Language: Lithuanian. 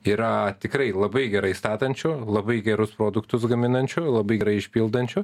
yra tikrai labai gerai statančių labai gerus produktus gaminančių labai gerai išpildančių